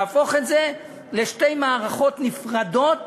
להפוך את זה לשתי מערכות נפרדות,